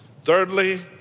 Thirdly